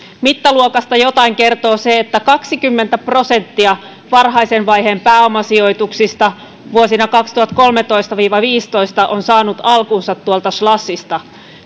mittaluokasta jotain kertoo se että kaksikymmentä prosenttia varhaisen vaiheen pääomasijoituksista vuosina kaksituhattakolmetoista viiva viisitoista on saanut alkunsa tuolta slushista